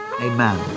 amen